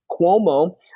Cuomo